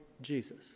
Jesus